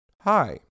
Hi